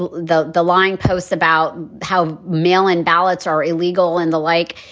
ah the the lying posts about how mail in ballots are illegal and the like.